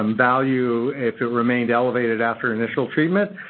um value if it remained elevated after initial treatment.